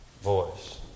voice